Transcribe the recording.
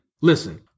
Listen